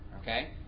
Okay